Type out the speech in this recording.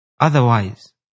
Otherwise